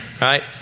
right